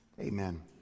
amen